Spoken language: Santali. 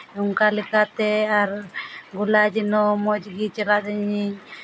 ᱱᱚᱝᱠᱟ ᱞᱮᱠᱟᱛᱮ ᱟᱨ ᱜᱚᱞᱟ ᱡᱮᱱᱚ ᱢᱚᱡᱽ ᱜᱮ ᱪᱟᱨᱪᱟ ᱤᱧᱟᱹᱧ